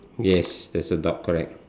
yes there's a dog correct